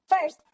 First